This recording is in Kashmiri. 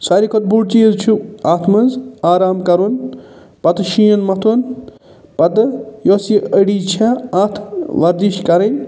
ساروی کھۄتہٕ بوٚڈ چیٖز چھِ اَتھ منٛز آرام کَرُن پَتہٕ شیٖن مَتھُن پتہٕ یۄس یہِ أڈِج چھےٚ اَتھ وردِش کَرٕنۍ